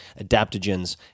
adaptogens